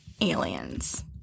aliens